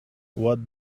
what